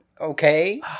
Okay